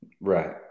Right